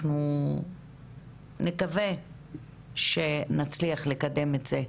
אנחנו נקווה שנצליח לקדם את זה.